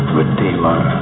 redeemer